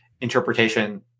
interpretation